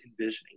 envisioning